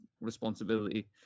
responsibility